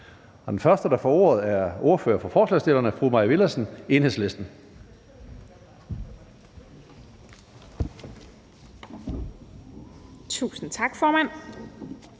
Den første, der får ordet, er ordføreren for forslagsstillerne, fru Mai Villadsen, Enhedslisten.